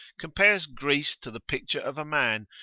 compares greece to the picture of a man,